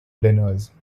dinners